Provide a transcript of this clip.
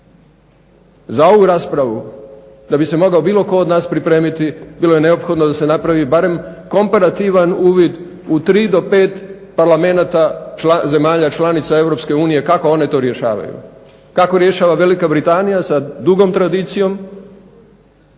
Za ovu raspravu da bi se mogao bilo tko od nas pripremiti bilo je neophodno da se napravi barem komparativan uvid u tri do pet Parlamenata zemalja članica Europske unije kako one to rješavaju. Kako rješava Velika Britanija sa dugom tradicijom